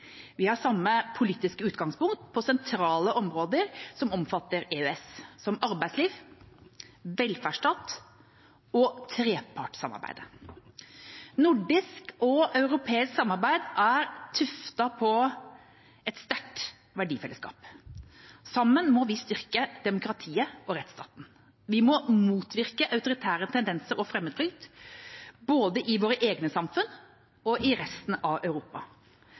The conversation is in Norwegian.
Vi har samme politiske utgangspunkt på sentrale områder som omfattes av EØS, som arbeidsliv, velferdsstat og trepartssamarbeidet. Nordisk og europeisk samarbeid er tuftet på et sterkt verdifellesskap. Sammen må vi styrke demokratiet og rettsstaten. Vi må motvirke autoritære tendenser og fremmedfrykt, både i våre egne samfunn og i resten av Europa.